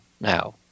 now